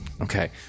Okay